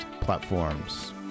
platforms